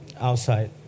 Outside